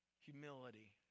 Humility